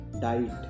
diet